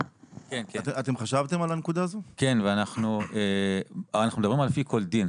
כן, ואנחנו מדברים על פי כל דין.